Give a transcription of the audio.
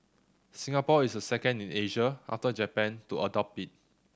Singapore is the second in Asia after Japan to adopt it